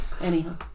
anyhow